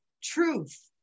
truth